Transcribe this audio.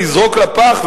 לזרוק לפח,